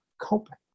coping